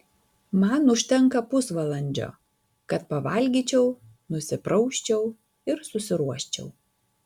man užtenka pusvalandžio kad pavalgyčiau nusiprausčiau ir susiruoščiau